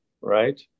Right